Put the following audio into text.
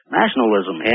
nationalism